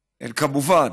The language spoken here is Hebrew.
כמובן,